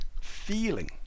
feeling